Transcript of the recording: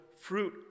fruit